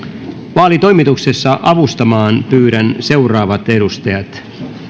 vaalitoimituksessa avustamaan pyydän seuraavat edustajat